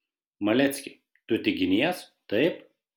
malecki tu tik ginies taip